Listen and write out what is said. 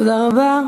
תודה רבה.